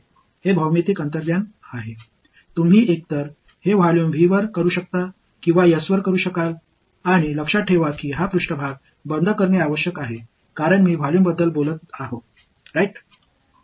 நீங்கள் அதை ஒரு கொள்ளளவு V க்கு மேல் செய்யலாம் அல்லது நீங்கள் S க்கு மேல் செய்ய முடியும் மேலும் இந்த மேற்பரப்பு மூடப்பட வேண்டும் என்பதை நினைவில் கொள்ளுங்கள் ஏனெனில் நான் ஒரு வால்யும் பற்றி பேசுகிறேன்